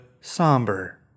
somber